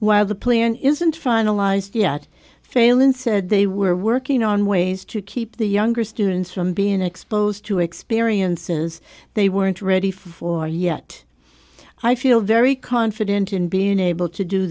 while the playing isn't finalized yet fail and said they were working on ways to keep the younger students from being exposed to experiences they weren't ready for yet i feel very confident in being able to do